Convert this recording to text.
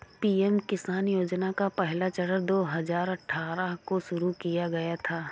PM Kisan योजना का पहला चरण दो हज़ार अठ्ठारह को शुरू किया गया था